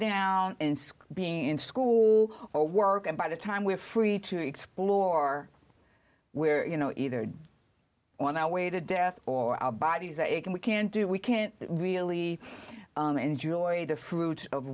school being in school or work and by the time we're free to explore where you know either on our way to death or our bodies that you can we can't do we can't really enjoy the fruits of